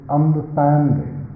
understanding